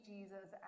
Jesus